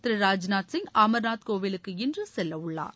திரு ராஜ்நாத் சிங் அமர்நாத் கோயிலுக்கு இன்று செல்லவுள்ளார்